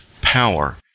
power